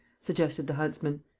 suggested the huntsman.